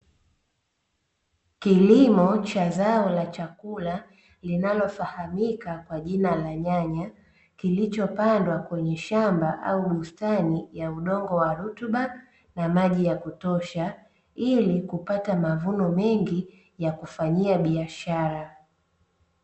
Kilimo cha zao la chakula linalofahamika kwa jina la nyanya, kilichopandwa kwenye shamba au bustani ya udongo wa rutuba na maji ya kutosha, ili kupata mavuno mengi ya kufanyia biashara.